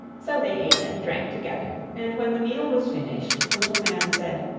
so they ate and drank together, and when the meal was finished, the little man said